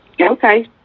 Okay